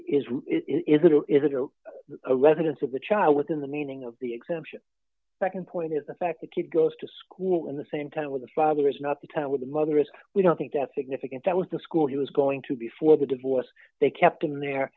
is it is it or is it a residence of a child within the meaning of the exemption nd point is the fact the kid goes to school in the same time with the father is not the time with the mother is we don't think that significant that was the school he was going to before the divorce they kept him there